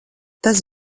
tas